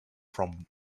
from